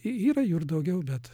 y yra jų ir daugiau bet